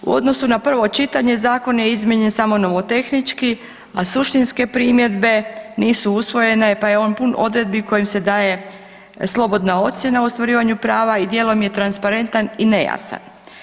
U odnosu na prvo čitanje zakon je izmijenjen samo nomotehnički, a suštinske primjedbe nisu usvojene pa je on pun odredbi kojim se daje slobodna ocjena u ostvarivanju prava i dijelom je transparentan i nejasan.